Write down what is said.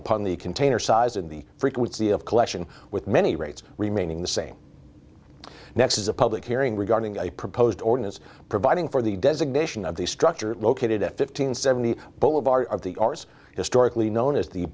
upon the container size and the frequency of collection with many rates remaining the same the next is a public hearing regarding a proposed ordinance providing for the designation of the structure located at fifteen seventy boulevard of the arts historically known as the